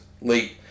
late